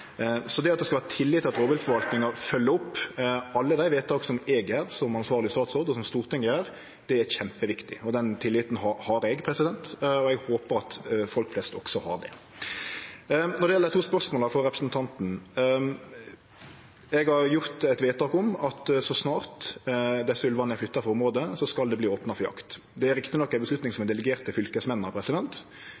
Så det at det skal vere tillit til at rovdyrforvaltninga følgjer opp alle dei vedtaka som eg gjer som ansvarleg statsråd, og som Stortinget gjer, er kjempeviktig. Den tilliten har eg, og eg håpar at folk flest også har det. Når det gjeld dei to spørsmåla frå representanten: Eg har gjort eit vedtak om at så snart desse ulvane er flytta frå området, skal det verte opna for jakt. Det er rett nok ei avgjerd som